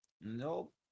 Nope